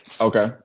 Okay